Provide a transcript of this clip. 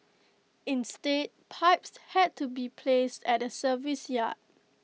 instead pipes had to be placed at the service yard